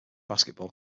basketball